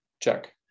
Check